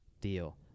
Deal